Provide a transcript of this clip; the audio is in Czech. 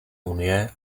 unie